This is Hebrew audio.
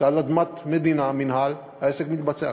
וזה על אדמת מדינה, מינהל, העסק מתבצע.